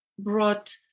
brought